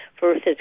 versus